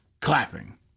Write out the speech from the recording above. clapping